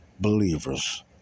believers